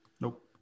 Nope